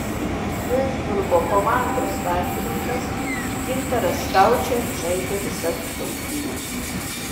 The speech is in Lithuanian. duisburgo komandos vartininkas gintaras staučė žaidė visas rungtynes